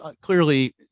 clearly